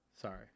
Sorry